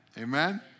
Amen